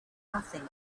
nothing